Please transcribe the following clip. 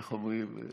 איך אומרים?